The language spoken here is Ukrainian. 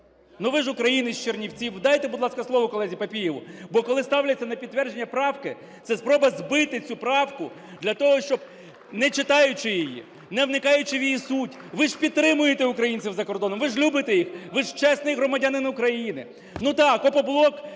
Ви ж українець з Чернівців. Дайте, будь ласка, слово колезі Папієву. Бо коли ставляться на підтвердження правки, це спроба збити цю правку для того, щоб, не читаючи її, не вникаючи в її суть. Ви ж підтримуєте українців за кордоном, ви ж любите їх, ви ж чесний громадянин України.